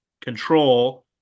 Control